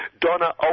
donna